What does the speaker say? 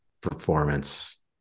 performance